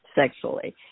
sexually